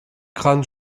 crânes